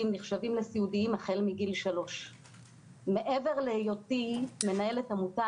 נחשבים לסיעודיים החל מגיל 3. מעבר להיותי מנהלת עמותה,